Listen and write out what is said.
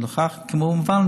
כמובן,